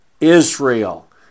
Israel